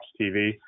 TV